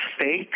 fake